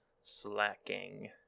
Slacking